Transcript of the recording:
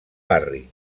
barri